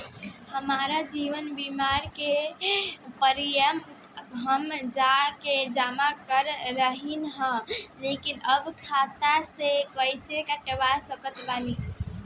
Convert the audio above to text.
हमार जीवन बीमा के प्रीमीयम हम जा के जमा करत रहनी ह लेकिन अब खाता से कइसे कटवा सकत बानी?